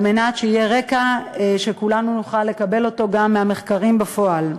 על מנת שיהיה רקע שכולנו נוכל לקבל גם מהמחקרים בפועל.